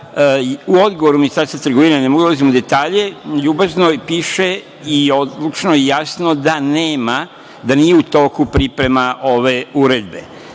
u odgovoru Ministarstva trgovine, da ne ulazim u detalje, ljubazno piše i odlučno i jasno da nema, da nije u toku priprema ove uredbe,